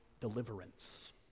deliverance